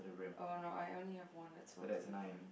oh no I only have one that's filled to the brim